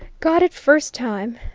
got it first time,